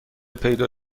پیدا